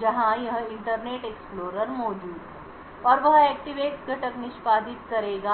जहां यह internet explorer मौजूद है और वह ActiveX घटक निष्पादित करेगा